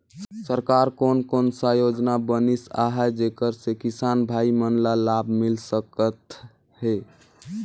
सरकार कोन कोन सा योजना बनिस आहाय जेकर से किसान भाई मन ला लाभ मिल सकथ हे?